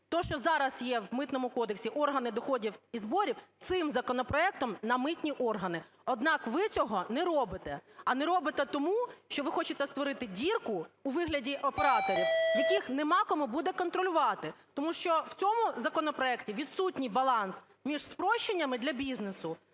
те, що зараз є у Митному кодексі "органи доходів і зборів" цим законопроектом на "митні органи". Однак ви цього не робите. А не робите тому, що ви хочете створити дірку у вигляді операторів, яких немає кому буде контролювати. Тому що в цьому законопроекті відсутній баланс між спрощеннями для бізнесу